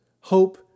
hope